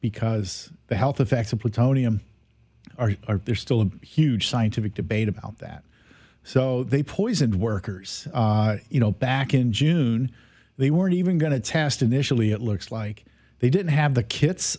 because the health effects of plutonium are there's still a huge scientific debate about that so they poisoned workers you know back in june they weren't even going to test initially it looks like they didn't have the ki